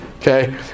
okay